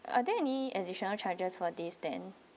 are there any additional charges for this then